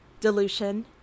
dilution